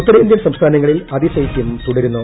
ഉത്തരേന്ത്യൻ സംസ്ഥാനങ്ങളിൽ അതിശൈത്യം തുടരുന്നു